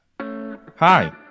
Hi